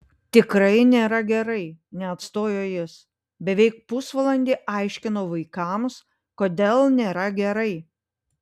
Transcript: tikrai nėra gerai neatstojo jis beveik pusvalandį aiškinau vaikams kodėl nėra gerai